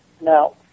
Now